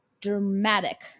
dramatic